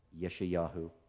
Yeshayahu